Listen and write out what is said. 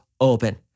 open